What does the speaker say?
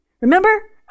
Remember